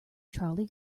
trolley